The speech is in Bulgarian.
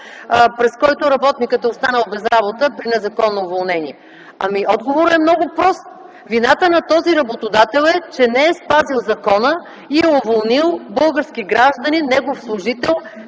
през който работникът е останал без работа при незаконно уволнение. Ами отговорът е много прост. Вината на този работодател е, че не е спазил закона и е уволнил български гражданин, негов служител,